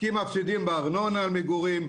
כי הם מפסידים בארנונה על מגורים,